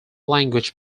language